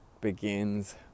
begins